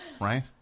Right